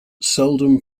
seldom